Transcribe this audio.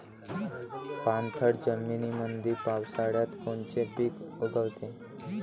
पाणथळ जमीनीमंदी पावसाळ्यात कोनचे पिक उगवते?